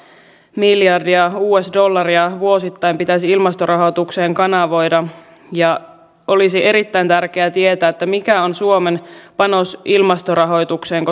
miljardia us dollaria vuosittain pitäisi ilmastorahoitukseen kanavoida olisi erittäin tärkeä tietää mikä on suomen panos ilmastorahoitukseen